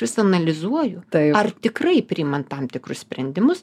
vis analizuoju tai ar tikrai priimant tam tikrus sprendimus